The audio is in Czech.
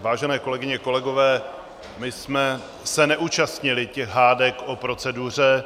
Vážené kolegyně, kolegové, my jsme se neúčastnili těch hádek o proceduře.